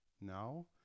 now